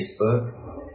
Facebook